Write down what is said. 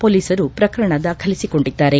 ಪೊಲೀಸರು ಪ್ರಕರಣ ದಾಖಲಿಸಿಕೊಂಡಿದ್ದಾರೆ